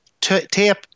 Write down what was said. Tape